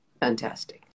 Fantastic